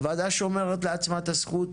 הוועדה שומרת לעצמה את הזכות